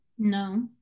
No